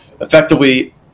effectively